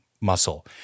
muscle